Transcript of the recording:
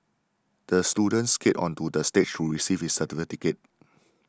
the student skated onto the stage to receive his certificate